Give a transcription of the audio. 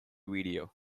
video